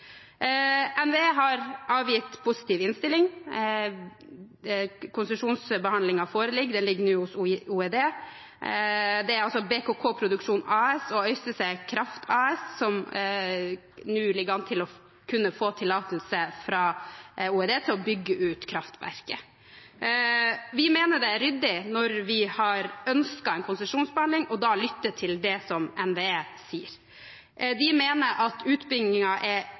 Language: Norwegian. NVE har avgitt positiv innstilling, konsesjonsbehandlingen foreligger, den ligger nå hos OED. Det er altså BKK Produksjon AS og Øystese Kraft AS som ligger an til å kunne få tillatelse fra OED til å bygge ut kraftverket. Når vi har ønsket en konsesjonsbehandling, mener vi det er ryddig å lytte til det som NVE sier. NVE mener at utbyggingene er